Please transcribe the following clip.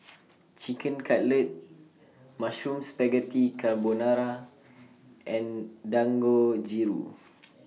Chicken Cutlet Mushroom Spaghetti Carbonara and Dangojiru